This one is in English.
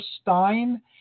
Stein